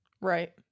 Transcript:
right